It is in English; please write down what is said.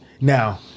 now